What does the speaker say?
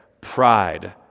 pride